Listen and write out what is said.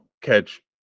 catch